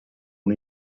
una